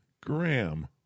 Graham